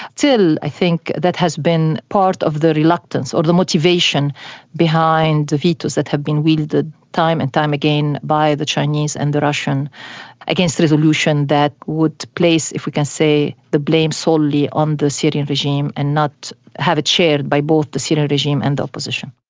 still i think that has been part of the reluctance or the motivation behind the vetoes that have been wielded time and time again by the chinese and the russians against the resolution that would place if we can say the blame solely on the syrian regime and not have it shared by both the syrian regime and the opposition.